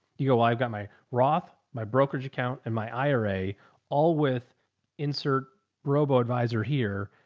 you go well, i've got my roth, my brokerage account and my ira all with insert robo advisor here.